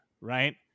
right